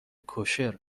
کوشر